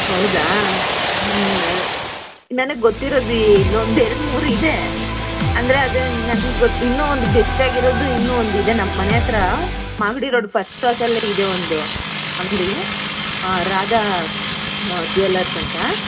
ಹೌದಾ ಹ್ಞೂ ನನಗೆ ಗೊತ್ತಿರೋದು ಇಲ್ಲೊಂದು ಎರ್ಡು ಮೂರು ಇದೆ ಅಂದರೆ ಅದೇನು ನನಗೆ ಗೊತ್ತು ಇನ್ನೂ ಒಂದು ಬೆಶ್ಟ್ ಆಗಿರೋದು ಇನ್ನೂ ಒಂದಿದೆ ನಮ್ಮನೆ ಹತ್ರ ಮಾಗಡಿ ರೋಡ್ ಫಶ್ಟ್ ಕ್ರಾಸಲ್ಲೇ ಇದೆ ಒಂದು ಅಂಗಡಿ ಹಾಂ ರಾಧ ಹಾಂ ಜ್ಯುವೆಲರ್ಸ್ ಅಂತ